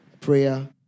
Prayer